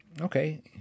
okay